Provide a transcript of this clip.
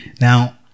Now